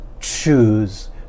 choose